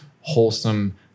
wholesome